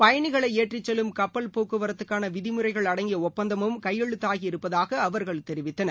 பயணிகளைஏற்றிச் செல்லும் கப்பல் போக்குவரத்துக்கானவிதிமுறைகள் அடங்கியலப்பந்தமும் கையெழுத்தாகி இருப்பதாகஅவர்கள் தெரிவித்தனர்